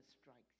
strikes